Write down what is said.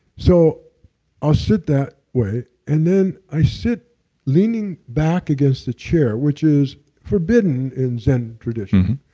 so i'll sit that way and then i sit leaning back against the chair, which is forbidden in zen tradition.